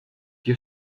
dir